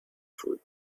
through